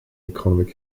economic